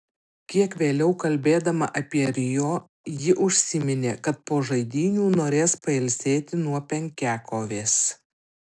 kiek vėliau kalbėdama apie rio ji užsiminė kad po žaidynių norės pailsėti nuo penkiakovės